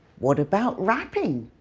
what about rapping?